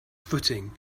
footing